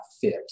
fit